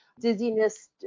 Dizziness